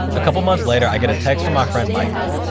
a couple months later, i get a text from my friend micah.